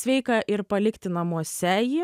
sveika ir palikti namuose jį